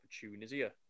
Tunisia